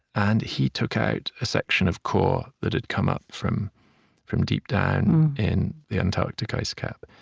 and he took out a section of core that had come up from from deep down in the antarctic ice cap.